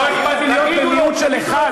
לא אכפת לי להיות במיעוט של אחד.